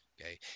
Okay